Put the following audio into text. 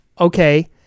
okay